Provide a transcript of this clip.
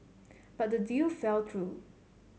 but the deal fell through